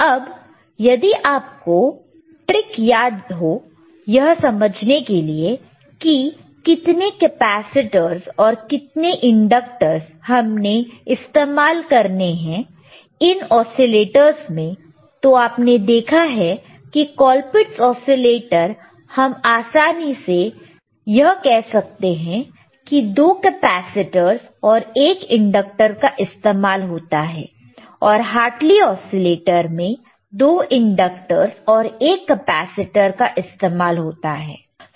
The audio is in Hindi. अब यदि आपको ट्रिक याद हो यह समझने के लिए की कितने कैपेसिटरस और कितने इंडक्टरस हमें इस्तेमाल करने हैं इन ओसीलेटरस में तो आपने देखा है कि कॉलपिट्स ओसीलेटर हम आसानी से यह कह सकते हैं कि 2 कैपेसिटरस और 1 इंडक्टर का इस्तेमाल होता है और हार्टली ओसीलेटर में 2 इंडक्टरस और 1 कैपेसिटर का इस्तेमाल होता है